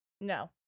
No